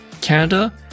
Canada